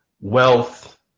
wealth